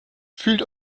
fühlt